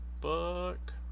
book